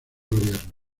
gobierno